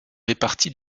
répartis